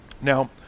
Now